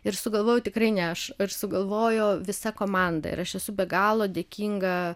ir sugalvojau tikrai ne aš ir sugalvojo visa komanda ir aš esu be galo dėkinga